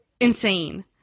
insane